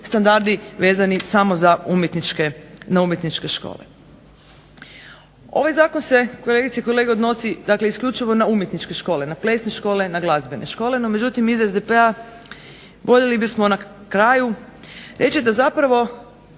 standardi vezano samo na umjetničke škole. Ovaj Zakon se odnosi isključivo na umjetničke škole, na plesne škole, glazbene škole, no međutim, mi iz SDP-a voljeli bismo na kraju reći da